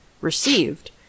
received